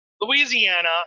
Louisiana